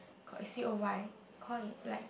coy C O Y coy like